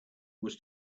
was